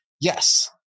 yes